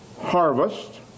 harvest